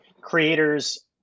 creators